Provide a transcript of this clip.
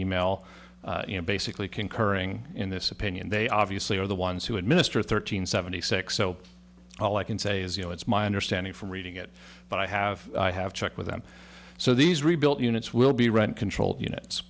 email basically concurring in this opinion they obviously are the ones who administer thirteen seventy six so all i can say is you know it's my understanding from reading it but i have i have checked with them so these rebuilt units will be rent control units